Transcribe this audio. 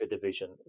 division